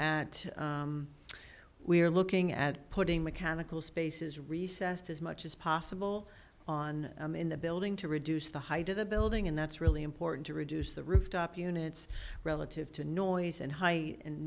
at we are looking at putting mechanical spaces recessed as much as possible on in the building to reduce the height of the building and that's really important to reduce the rooftop units relative to noise and high